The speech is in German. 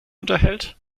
unterhält